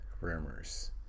rumors